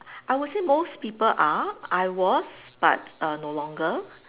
I would say most people are I was but uh no longer